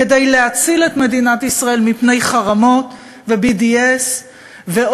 כדי להציל את מדינת ישראל מפני חרמות ו-BDS ועוד